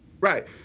Right